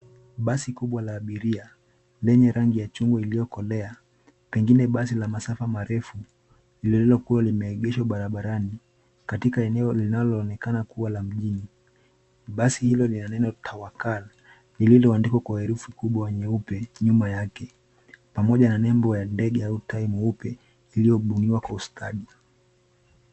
Basi kubwa la abiria, lenye rangi ya chungwa iliokolea, pengine basi la masafa marefu, lililokuwa limeegeshwa barabarani, katika eneo linaloonekana kuwa la mjini. Basi hilo lina neno TAWAKAL , lililoandikwa kwa herufi kubwa nyeupe, pamoja na nembo ya ndege au, tai mweupe, lililobuniwa kwa ustadi.